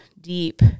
deep